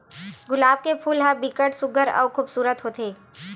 गुलाब के फूल ह बिकट सुग्घर अउ खुबसूरत होथे